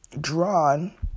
drawn